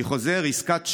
אני חוזר: עסקת שוחד,